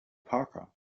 parker